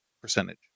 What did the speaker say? percentage